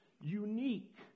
unique